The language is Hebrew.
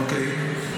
אוקיי.